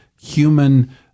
human